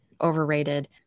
overrated